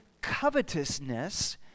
covetousness